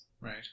Right